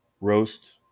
roast